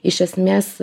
iš esmės